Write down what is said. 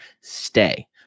stay